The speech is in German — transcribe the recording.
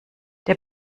der